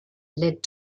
led